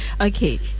Okay